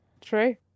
true